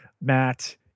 Matt